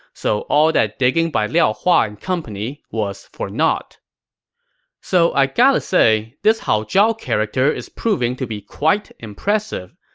so all that digging by liao hua and company was for naught so i gotta say, this hao zhao character is proving to be quite the impressive